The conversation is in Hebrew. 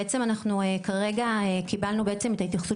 בעצם אנחנו כרגע קיבלנו בעצם את ההתייחסות